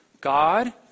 God